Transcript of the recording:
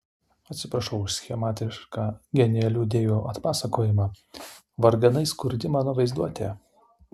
atsiprašau už schematišką genialių idėjų atpasakojimą varganai skurdi mano vaizduotė